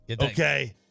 Okay